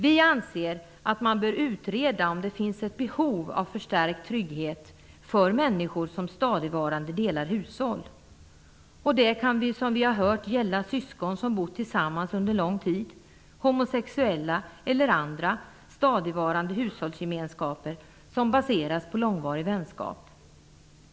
Vi anser att man bör utreda om det finns ett behov av förstärkt trygghet för människor som stadigvarande delar hushåll. Det kan gälla syskon som bott tillsammans under lång tid, homosexuella eller andra stadigvarande hushållsgemenskaper som baseras på långvarig vänskap.